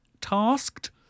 tasked